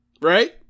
right